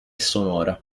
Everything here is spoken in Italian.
sonora